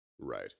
right